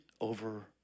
over